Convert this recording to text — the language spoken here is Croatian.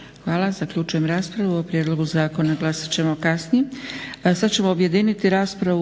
Hvala. Zaključujem raspravu. O prijedlogu zakona glasat ćemo kasnije.